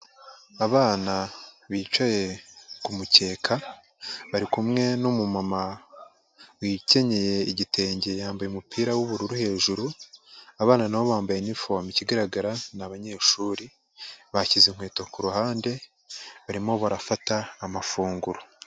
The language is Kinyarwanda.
Abana bicaye ku mukeka bari kumwe n'umumama wikenyeye igitenge yambaye umupira w'ubururu hejuru, abana na bo bambaye inifomo ikigaragara ni abanyeshuri bashyize inkweto ku ruhande barimo barafata amafunguro.